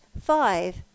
five